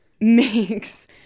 makes